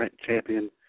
champion